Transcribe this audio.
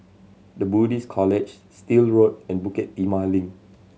The Buddhist College Still Road and Bukit Timah Link